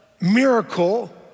miracle